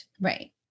right